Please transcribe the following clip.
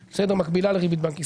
מקבילה לריבית בנק ישראל.